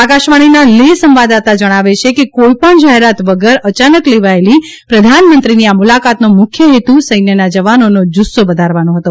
આકાશવાણીના લેફ સંવાદદાતા જણાવે છે કે કોઈ પણ જાહેરાત વગર અચાનક લેવાયેલી પ્રધાન મંત્રીની આ મુલાકાતનો મુખ્ય હેતુ સૈન્યના જવાનોનો જુસ્સો વધારવાનો હતો